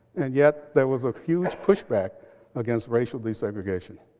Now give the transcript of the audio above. and yet there was a huge push back against racial desegregation.